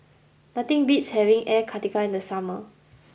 nothing beats having Air Karthira in the summer